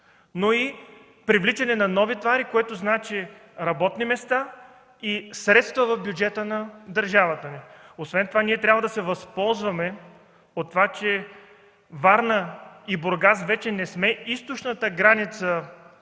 но и привличане на нови товари, което значи работни места и средства в бюджета на държавата ни. Освен това ние трябва да се възползваме от това, че Варна и Бургас не са вече източната граница